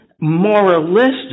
moralistic